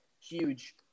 huge